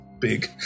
big